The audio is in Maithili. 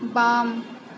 बाम